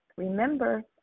Remember